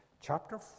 Chapter